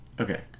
Okay